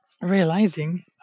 realizing